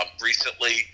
recently